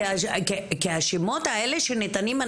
כי השמות האלה שניתנים,